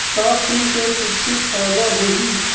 का फूल से कुछु फ़ायदा होही?